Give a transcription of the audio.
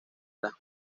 las